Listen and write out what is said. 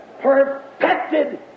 perfected